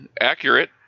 accurate